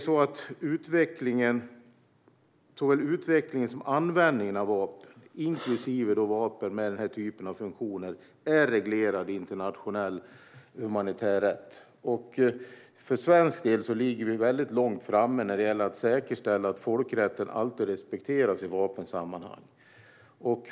Såväl utvecklingen som användningen av vapen, inklusive vapen med den här typen av funktioner, är reglerade i internationell humanitär rätt. För svensk del ligger vi väldigt långt framme när det gäller att säkerställa att folkrätten alltid respekteras i vapensammanhang.